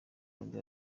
nibwo